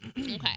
okay